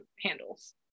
handles